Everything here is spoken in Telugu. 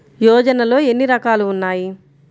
యోజనలో ఏన్ని రకాలు ఉన్నాయి?